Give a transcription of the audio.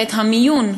ואת המיון,